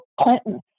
Clinton